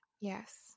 Yes